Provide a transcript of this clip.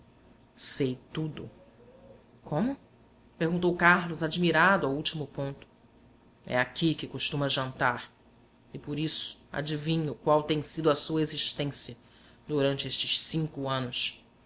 sei tudo como perguntou carlos admirado ao último ponto é aqui que costuma jantar e por isso adivinho qual tem sido a sua existência durante estes cinco anos